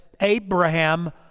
Abraham